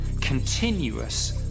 Continuous